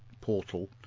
portal